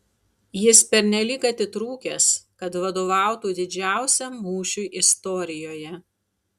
jis pernelyg atitrūkęs kad vadovautų didžiausiam mūšiui istorijoje